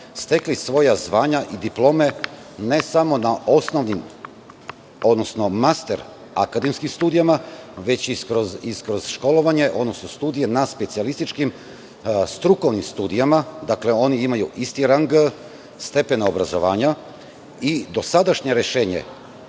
stekli svoja znanja i diplome, ne samo na osnovnim, odnosno master akademskim studijama, već i kroz školovanje, odnosno studije na specijalističkim strukovnim studijama. Dakle, oni imaju isti rang stepena obrazovanja i dosadašnja rešenje